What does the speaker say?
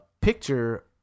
picture